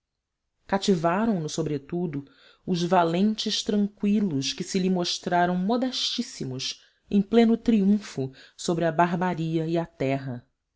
tosca cativaram no sobretudo os valentes tranqüilos que se lhe mostraram modestíssimos em pleno triunfo sobre a barbaria e a terra